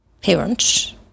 parents